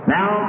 Now